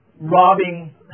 robbing